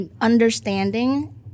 understanding